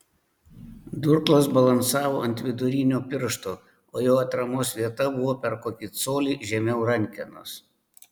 durklas balansavo ant vidurinio piršto o jo atramos vieta buvo per kokį colį žemiau rankenos